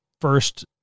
first